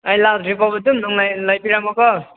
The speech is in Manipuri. ꯑꯩ ꯂꯥꯛꯇ꯭ꯔꯤ ꯐꯥꯎꯕ ꯑꯗꯨꯝ ꯅꯪ ꯂꯩꯕꯤꯔꯝꯃꯣꯀꯣ